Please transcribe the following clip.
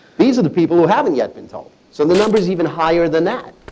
these are the people who haven't yet been told. so the number is even higher than that.